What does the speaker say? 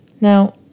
Now